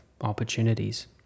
opportunities